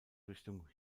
richtung